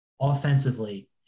offensively